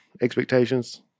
expectations